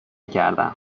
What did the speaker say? کردم